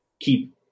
keep